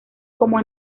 como